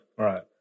Right